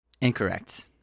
Incorrect